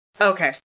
Okay